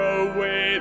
away